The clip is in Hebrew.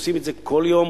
עושים את זה כל יום,